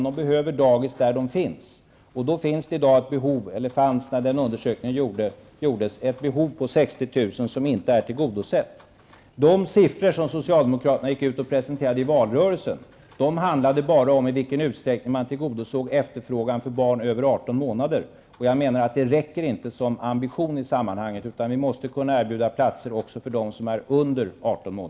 De behöver dagis där de bor. När undersökningen gjordes fanns det ett behov för 60 000 barn, som inte är tillgodosett. De siffror som socialdemokraterna presenterade i valrörelsen handlade bara om i vilken utsträckning man tillgodosåg efterfrågan för barn över 18 månader. Det räcker inte som ambition, utan vi måste kunna erbjuda platser också för dem som är under 18